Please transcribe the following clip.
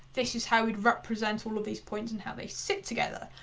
this is how we'd represent all of these points and how they sit together.